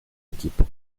equipo